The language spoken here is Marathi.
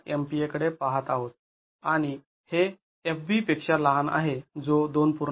४ MPa कडे पाहत आहोत आणि हे fb पेक्षा लहान आहे जो २